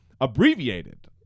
abbreviated